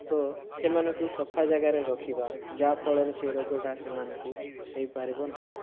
ତ ସେମାନଙ୍କୁ ସଫା ଜାଗାରେ ରଖିବା ଯାହାଫଳରେ ସେ ରୋଗଟା ସେମାନଙ୍କୁ ହୋଇପାରିବନାହିଁ